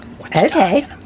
Okay